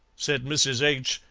said mrs. h,